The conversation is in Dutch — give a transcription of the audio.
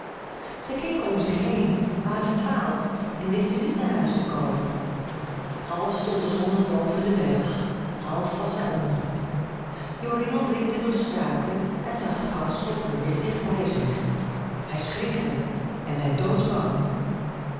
zij keken om zich waren verdwaald en wisten niet naar huis te komen half stond de zon nog boven den berg half was zij onder joringel blikte door de struiken en zag den oude slotmuur dicht bij zich hij schrikte en werd doodsbang